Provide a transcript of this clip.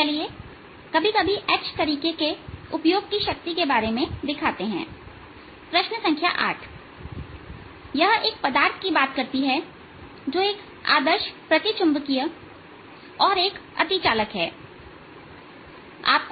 चलिए कभी कभी H तरीके के उपयोग की शक्ति के बारे में दिखाते हैं प्रश्न संख्या 8 यह एक पदार्थ की बात करती है जो एक आदर्श प्रतिचुंबकीय और एक अतिचालक है